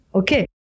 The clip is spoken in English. okay